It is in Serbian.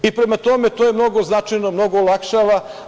Prema tome, to je mnogo značajno, mnogo olakšava.